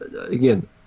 again